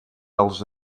als